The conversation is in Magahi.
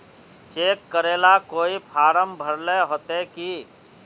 चेक करेला कोई फारम भरेले होते की?